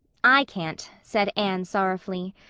i can't, said anne, sorrowfully.